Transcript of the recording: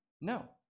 no